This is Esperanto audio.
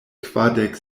kvardek